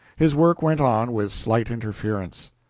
his work went on with slight interference.